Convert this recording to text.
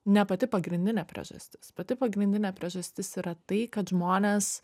ne pati pagrindinė priežastis pati pagrindinė priežastis yra tai kad žmonės